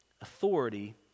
authority